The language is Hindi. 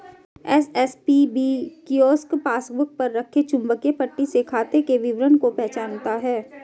एस.एस.पी.बी.पी कियोस्क पासबुक पर रखे चुंबकीय पट्टी से खाते के विवरण को पहचानता है